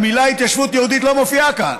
המילים "התיישבות יהודית" לא מופיעות כאן.